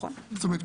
זאת אומרת,